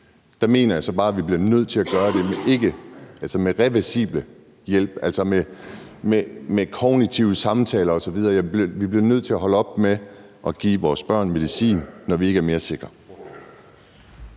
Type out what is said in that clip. der mener jeg så bare, at vi bliver nødt til at behandle med reversible midler, altså med kognitive samtaler osv. Vi bliver nødt til at holde op med at give vores børn medicin, når vi ikke er mere sikre.